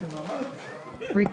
בשעה